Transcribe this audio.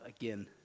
again